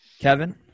Kevin